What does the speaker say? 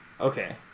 Okay